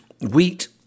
wheat